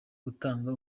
gutanga